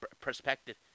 perspective